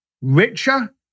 richer